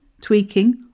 tweaking